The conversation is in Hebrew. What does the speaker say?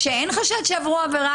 שאין חשד שעברו עברה.